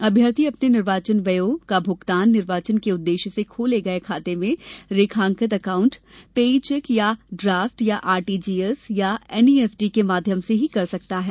अभ्यर्थी अपने निर्वाचन व्ययों काभुगतान निर्वाचन के उद्देश्य से खोले गये खाते से रेखांकित एकाउण्ट पेयी चेक अथव ड्राफ्ट या आर टी जी एस या एनईएफटी के माध्यम से ही कर सकता है